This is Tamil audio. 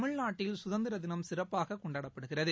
தமிழ்நாட்டில் சுதந்திர தினம் சிறப்பாக கொண்டாடப்படுகிறது